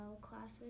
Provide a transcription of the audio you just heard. classes